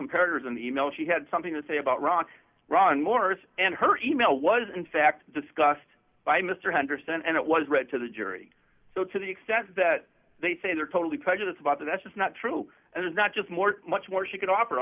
competitors in the e mail she had something to say about ron ron morris and her e mail was in fact discussed by mr henderson and it was read to the jury so to the extent that they say they're totally prejudice about that that's just not true and it's not just more much more she could o